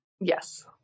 Yes